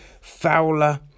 Fowler